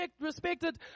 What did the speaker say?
respected